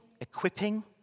equipping